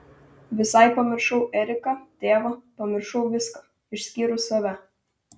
visai pamiršau eriką tėvą pamiršau viską išskyrus save